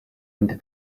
into